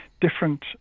different